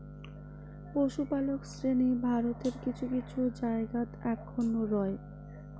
পশুপালক শ্রেণী ভারতের কিছু কিছু জায়গাত অখনও রয়